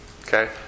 Okay